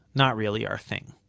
not really our thing,